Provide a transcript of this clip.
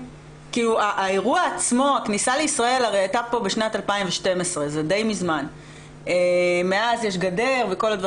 הכניסה לישראל היתה ב-2012 ומאז יש גדר.